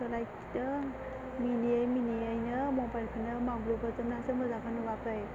होलायथिदों मिनियै मिनियैनो मबाइल खौनो मावग्लुब होजोबनानैसो मोजांखौनो नुवाखै